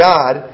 God